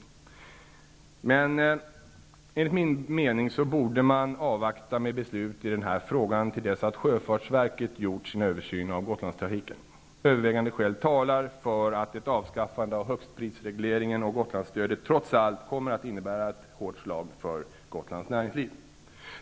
Dock borde man enligt min mening avvakta med beslut i denna fråga till dess att sjöfartsverket gjort sin översyn av Gotlandstrafiken. Övervägande skäl talar för att ett avskaffande av högstprisregleringen och Gotlandsstödet trots allt kommer att innebära ett hårt slag för Gotlands näringsliv.